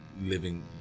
living